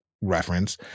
reference